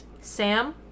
Sam